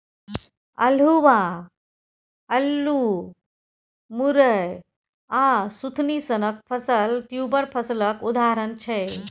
अल्हुआ, अल्लु, मुरय आ सुथनी सनक फसल ट्युबर फसलक उदाहरण छै